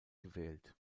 gewählt